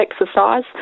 exercise